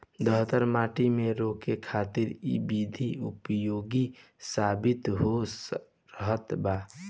दहतर माटी के रोके खातिर इ विधि उपयोगी साबित हो रहल बा